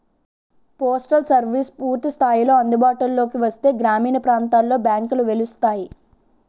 postal services పూర్తి స్థాయిలో అందుబాటులోకి వస్తే గ్రామీణ ప్రాంతాలలో బ్యాంకులు వెలుస్తాయి